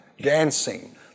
dancing